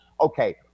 okay